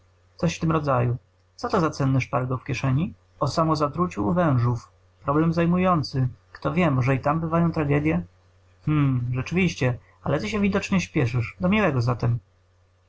coś w tym rodzaju co to za cenny szpargał w kieszeni rzecz dość ciekawa o samozatruciu u wężów problem zajmujący kto wie może i tam bywają tragedye hm rzeczywiście ale ty się widocznie śpieszysz do miłego zatem